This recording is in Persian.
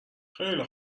خیله